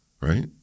right